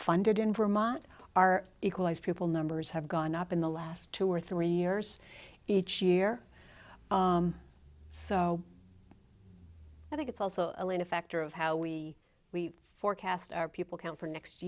funded in vermont are equalized people numbers have gone up in the last two or three years each year so i think it's also a factor of how we we forecast our people count for next